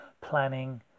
planning